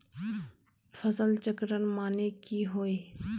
फसल चक्रण माने की होय?